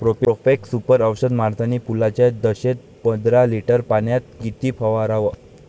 Profex Super औषध मारतानी फुलाच्या दशेत पंदरा लिटर पाण्यात किती फवाराव?